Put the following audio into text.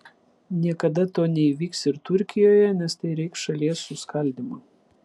niekada to neįvyks ir turkijoje nes tai reikš šalies suskaldymą